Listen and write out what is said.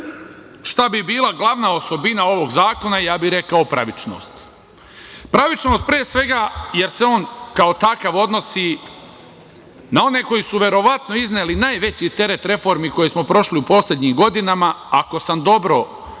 šta bi bila glavna osobina ovog zakona, ja bi rekao pravičnost. Pravičnost, pre svega, jer se on kao takav odnosi na one koji su verovatno izneli najveći teret reformi koje smo prošli u poslednjim godinama. Ako sam dobro